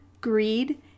greed